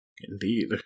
Indeed